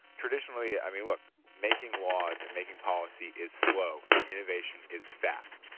traditionally, i mean look, making laws and making policy is slow, and innovation is fast.